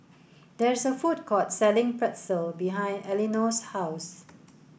there is a food court selling Pretzel behind Elinore's house